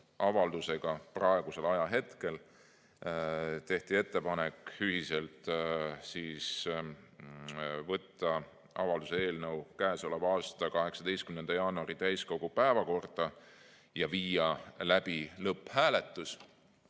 avaldusega praegusel ajahetkel. Tehti ühiselt ettepanek võtta avalduse eelnõu käesoleva aasta 18. jaanuari täiskogu päevakorda ja viia läbi lõpphääletus.